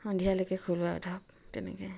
সন্ধিয়ালেকে খোলো আৰু ধৰক তেনেকে